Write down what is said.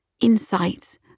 insights